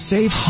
Save